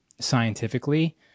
scientifically